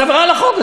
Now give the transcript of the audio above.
אז עבירה על החוק.